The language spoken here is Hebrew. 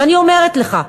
ואני אומרת לך,